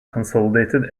consolidated